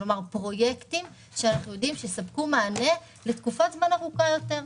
פרויקטים שאנחנו יודעים שיספקו מענה לתקופת זמן ארוכה יותר.